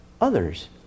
others